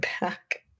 back